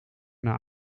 naar